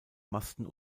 masten